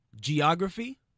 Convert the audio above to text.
Geography